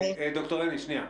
ד"ר אניס, שנייה.